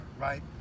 right